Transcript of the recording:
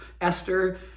Esther